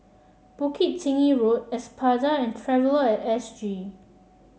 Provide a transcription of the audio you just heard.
Bukit Tinggi Road Espada and Traveller at S G